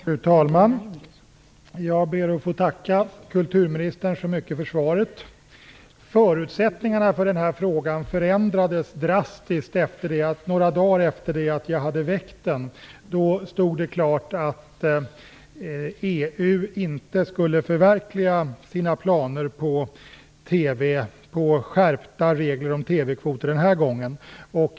Fru talman! Jag ber att få tacka kulturministern så mycket för svaret. Förutsättningarna för den här frågan förändrades drastiskt några dagar efter det att jag hade väckt den. Då stod det klart att EU inte skulle förverkliga sina planer på skärpta regler om TV-kvoter den här gången.